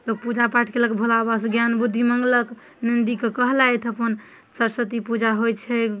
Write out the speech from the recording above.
लोक पूजापाठ कयलक भोलाबाबासँ ज्ञान बुद्धि मङ्गलक नन्दीके कहलथि अपन सरस्वती पूजा होइत छै